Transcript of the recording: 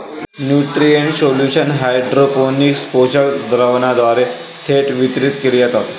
nutrient solution hydroponics पोषक द्रावणाद्वारे थेट वितरित केले जातात